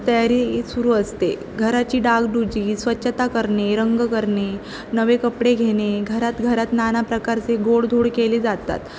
तयारी सुरू असते घराची डागडूजी स्वच्छता करणे रंग करणे नवे कपडे घेणे घरात घरात नाना प्रकारचे गोडधोड केले जातात